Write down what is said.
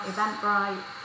Eventbrite